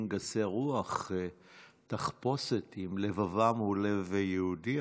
גסי רוח תחפושת אם לבבם הוא לב יהודי,